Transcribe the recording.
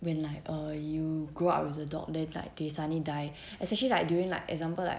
when like err you grow up with a dog then like they suddenly die especially like during like example like